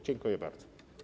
Dziękuję bardzo.